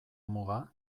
muga